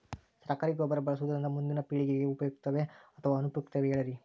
ಸರಕಾರಿ ಗೊಬ್ಬರ ಬಳಸುವುದರಿಂದ ಮುಂದಿನ ಪೇಳಿಗೆಗೆ ಉಪಯುಕ್ತವೇ ಅಥವಾ ಅನುಪಯುಕ್ತವೇ ಹೇಳಿರಿ